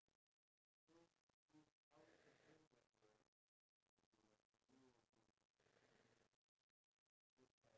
ya like yesterday when I was going to the toilet you wanted then I was a bit far and then you wanted to tell me that you